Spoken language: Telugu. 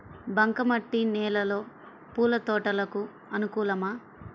బంక మట్టి నేలలో పూల తోటలకు అనుకూలమా?